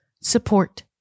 Support